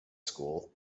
school